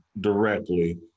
directly